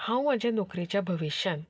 हांव म्हज्या नोकरीच्या भविश्यान